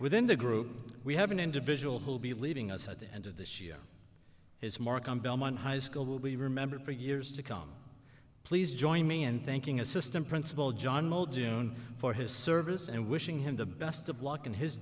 within the group we have an individual who will be leaving us at the end of this year his mark on belmont high school will be remembered for years to come please join me in thanking assistant principal john moe june for his service and wishing him the best of luck in his